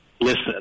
listen